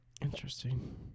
Interesting